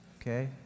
okay